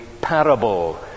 parable